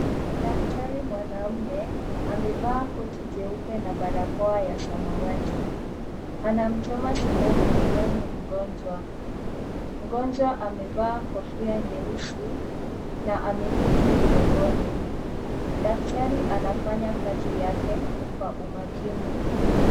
Daktari mwanaume amevaa koti jeupe na barakoa ya samawati anamchoma sindano begani mgonjwa mgonjwa amevaa kofia nyeusi na ameketi mgongoni daktari anafanya kazi yake kwa umakini.